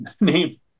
name